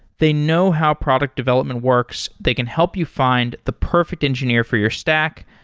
they know how product development works. they can help you find the perfect engineer for your stack,